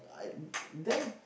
I then